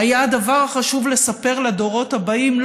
היה הדבר החשוב לספר לדורות הבאים,